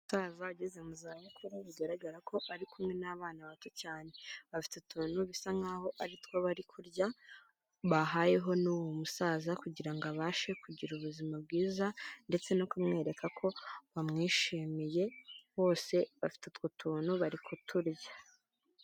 Umusaza ugeze mu zabukuru bigaragara ko ari kumwe n'bana bato cyane, afite utuntu bisa nkaho ari two bari kurya bahayeho n'uwo musaza kugirango abashe kugira ubuzima bwiza ndetse no kumwereka ko bamwishimiye bose bafite utwo tuntu bari kuturya.